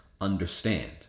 understand